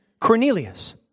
Cornelius